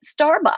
Starbucks